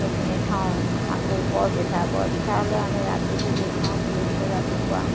সেইখিনি থওঁ আকৌ বৰপিঠা বৰপিঠা হ'লে আমি ৰাতি গুলি থওঁ গুলি থৈ ৰাতিপুৱা